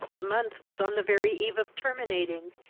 the month was on the very eve of terminating,